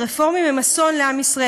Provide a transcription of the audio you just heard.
הרפורמים הם אסון לעם ישראל.